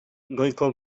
goiko